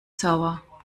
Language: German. sauer